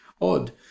odd